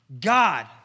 God